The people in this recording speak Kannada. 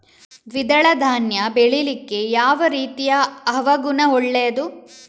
ದ್ವಿದಳ ಧಾನ್ಯ ಬೆಳೀಲಿಕ್ಕೆ ಯಾವ ರೀತಿಯ ಹವಾಗುಣ ಒಳ್ಳೆದು?